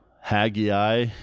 Haggai